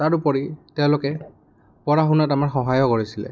তাৰোপৰি তেওঁলোকে পঢ়া শুনাত আমাৰ সহায়ো কৰিছিলে